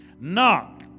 Knock